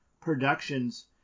productions